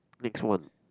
next one